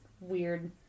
weird